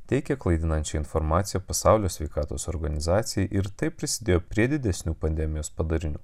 teikė klaidinančią informaciją pasaulio sveikatos organizacijai ir taip prisidėjo prie didesnių pandemijos padarinių